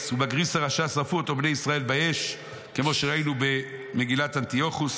ובגריס הרשע שרפו אותו בית ישראל באש" כמו שראינו במגילת אנטיוכוס.